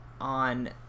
on